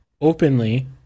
openly